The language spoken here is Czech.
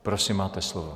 Prosím, máte slovo.